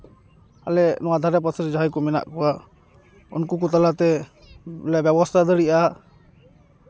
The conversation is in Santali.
ᱟᱞᱮ ᱱᱚᱣᱟ ᱫᱷᱟᱨᱮ ᱯᱟᱥᱮᱨᱮ ᱡᱟᱦᱟᱸᱭ ᱢᱮᱱᱟᱜ ᱠᱚᱣᱟ ᱩᱱᱠᱩ ᱠᱚ ᱛᱟᱞᱟᱛᱮ ᱵᱮᱵᱚᱥᱛᱷᱟ ᱫᱟᱲᱮᱭᱟᱜᱼᱟ